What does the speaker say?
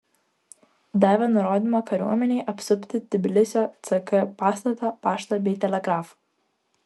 davė nurodymą kariuomenei apsupti tbilisio ck pastatą paštą bei telegrafą